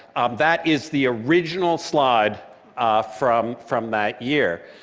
that is the original slide from from that year,